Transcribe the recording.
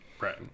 right